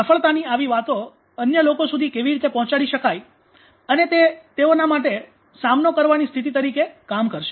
સફળતાની આવી વાતો અન્ય લોકો સુધી કેવી રીતે પહોચાડી શકાય અને તે તેઓના માટે સામનો કરવાની સ્થિતિ તરીકે કામ કરશે